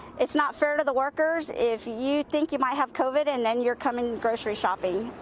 it's not fair to the workers if you think you might have covid, and then you are coming grocery shopping.